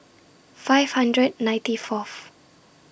five hundred ninety Fourth